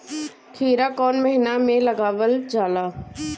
खीरा कौन महीना में लगावल जाला?